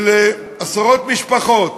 של עשרות משפחות,